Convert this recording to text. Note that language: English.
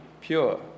pure